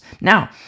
Now